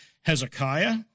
Hezekiah